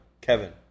Kevin